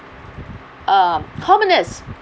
uh commoners